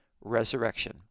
resurrection